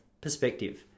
perspective